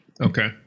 Okay